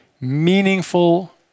meaningful